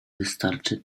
wystarczy